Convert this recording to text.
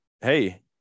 hey